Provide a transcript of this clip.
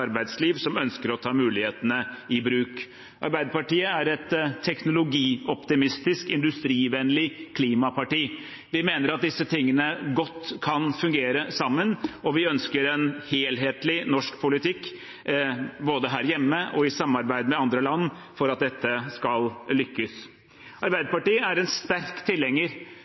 arbeidsliv som ønsker å ta mulighetene i bruk. Arbeiderpartiet er et teknologioptimistisk, industrivennlig klimaparti. Vi mener at disse tingene godt kan fungere sammen. Vi ønsker en helhetlig norsk politikk, både her hjemme og i samarbeid med andre land, for at dette skal lykkes. Arbeiderpartiet er sterkt tilhenger